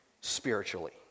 spiritually